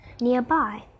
nearby